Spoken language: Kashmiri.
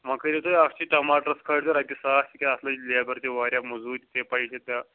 وۄنۍ کٔرِو تُہۍ اَکھ چیٖز ٹماٹرس کھٲرزِ رۄپیہِ ساس تِکیٛازِ اَتھ لٔج لیبَر تہِ واریاہ موٚزوٗرۍ تہِ ژیٚے پےَ چھےٚ